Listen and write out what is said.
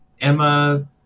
Emma